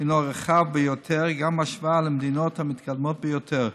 הוא רחב ביותר גם בהשוואה למדינות המתקדמות ביותר.